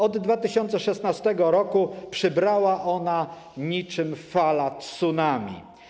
Od 2016 r. przybrała ona niczym fala tsunami.